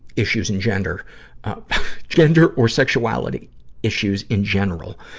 issues in gender, ah gender or sexuality issues in general.